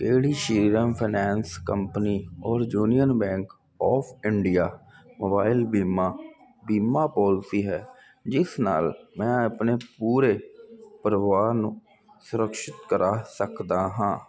ਕਿਹੜੀ Shriram finance company ਔਰ union bank of India mobile ਬੀਮਾ ਬੀਮਾ ਪਾਲਿਸੀ ਹੈ ਜਿਸ ਨਾਲ ਮੈਂ ਆਪਣੇ ਪੂਰੇ ਪਰਿਵਾਰ ਨੂੰ ਸੁਰਿਕਸ਼ਿਤ ਕਰਾ ਸਕਦਾ ਹਾਂ